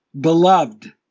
beloved